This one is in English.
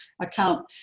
account